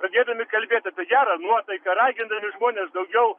pradėdami kalbėt apie gerą nuotaiką ragindami žmones daugiau